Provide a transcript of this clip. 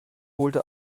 holte